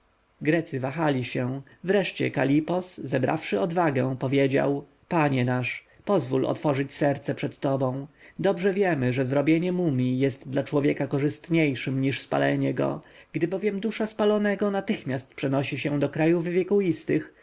wahali się wreszcie kalipos zebrawszy odwagę odpowiedział panie nasz pozwól otworzyć serce przed tobą dobrze wiemy że zrobienie mumji jest dla człowieka korzystniejszem niż spalenie go gdy bowiem dusza spalonego natychmiast przenosi się do krajów wiekuistych